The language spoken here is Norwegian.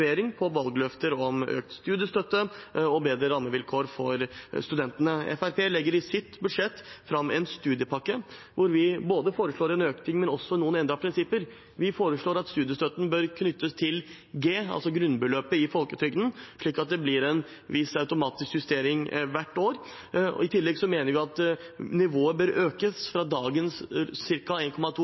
på valgløfter om økt studiestøtte og bedre rammevilkår for studentene. Fremskrittspartiet legger i sitt budsjett fram en studiepakke hvor vi foreslår en økning, men også noen endrede prinsipper. Vi foreslår at studiestøtten bør knyttes til G, altså grunnbeløpet i folketrygden, slik at det blir en viss automatisk justering hvert år. I tillegg mener vi at nivået bør økes fra dagens ca. 1,2G til 1,5G. Vi ønsker en